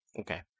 Okay